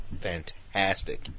fantastic